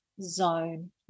Zone